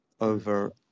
over